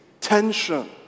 tension